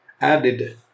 added